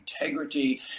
integrity